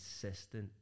consistent